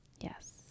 Yes